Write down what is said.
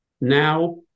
now